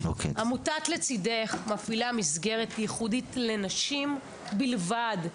עמותת "לצידך" מפעילה מסגרת ייחודית לנשים בלבד,